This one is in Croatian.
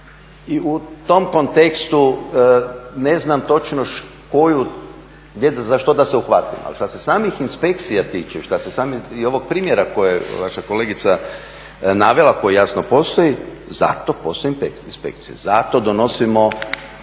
I u tom kontekstu ne znam točno za što da se uhvatim, ali što se samih inspekcija tiče i što se ovog primjera koji je vaša kolegica navela, koji jasno postoji, zato postoje inspekcije, zato donosimo